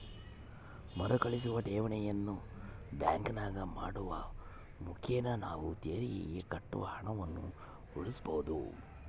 ಮರುಕಳಿಸುವ ಠೇವಣಿಯನ್ನು ಬ್ಯಾಂಕಿನಾಗ ಮಾಡುವ ಮುಖೇನ ನಾವು ತೆರಿಗೆಗೆ ಕಟ್ಟುವ ಹಣವನ್ನು ಉಳಿಸಬಹುದು